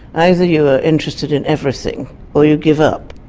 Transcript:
either you are interested in everything or you give up.